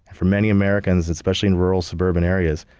for many americans, especially in rural suburban areas,